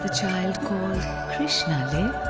ah child called krishna live?